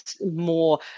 more